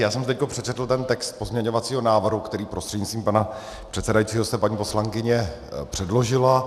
Já jsem teď přečetl ten text pozměňovacího návrhu, který prostřednictvím pana předsedajícího jste, paní poslankyně, předložila.